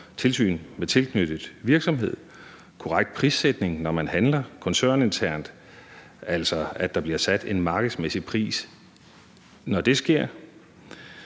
tilsyn med tilknyttet virksomhed og korrekt prissætning, når man handler koncerninternt, altså at der bliver sat en markedsmæssig pris, når det sker.